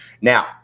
now